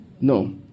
No